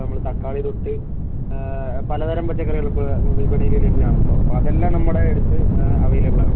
നമ്മൾ തക്കാളി തൊട്ട് പലതരം പച്ചക്കറികളിപ്പോൾ വിപണിയിൽ ലഭ്യമാണല്ലോ അപ്പം അതെല്ലാം നമ്മുടെ അടുത്ത് അവൈലബിൾ ആണ്